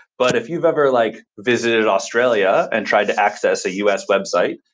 but if you've ever like visited australia and tried to access a u s. website,